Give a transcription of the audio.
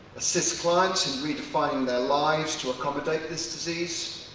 assist clients and redefining their lives to accommodate this disease.